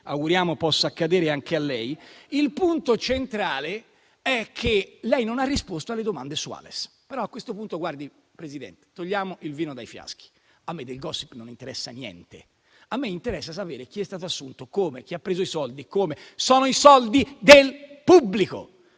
auguriamo possa accadere anche a lei, il punto centrale è che lei non ha risposto alle domande su Ales. Però a questo punto, guardi, Presidente, togliamo il vino dai fiaschi. A me del *gossip* non interessa niente, a me interessa sapere chi è stato assunto e come, chi ha preso i soldi e come. Sono i soldi del pubblico.